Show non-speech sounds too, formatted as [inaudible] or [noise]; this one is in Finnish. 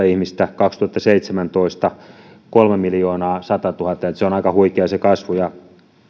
[unintelligible] ihmistä kaksituhattaseitsemäntoista kävi kolmemiljoonaasatatuhatta että on aika huikeaa se kasvu